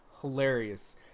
hilarious